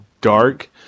dark